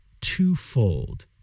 twofold